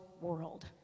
world